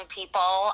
people